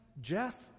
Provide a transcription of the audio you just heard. Jeff